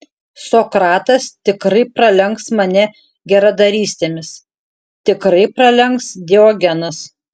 sokratas tikrai pralenks mane geradarystėmis tikrai pralenks diogenas